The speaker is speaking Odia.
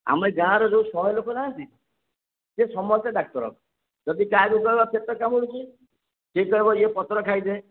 ଆମେ ଗାଁରେ ଯେଉଁ ଶହେ ଲୋକ ନାହାଁନ୍ତି ସେ ସମସ୍ତେ ଡାକ୍ତର ଯଦି କାହାକୁ କହିବ ପେଟ କାମୁଡ଼ୁଛି ସିଏ କହିବ ଏ ପତ୍ର ଖାଇଦେ